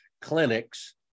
clinics